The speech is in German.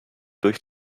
durch